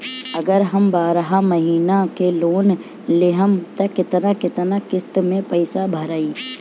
अगर हम बारह महिना के लोन लेहेम त केतना केतना किस्त मे पैसा भराई?